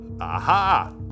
Aha